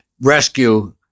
rescue